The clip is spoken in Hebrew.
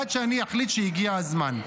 עד שאני אחליט שהגיע הזמן.